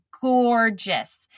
gorgeous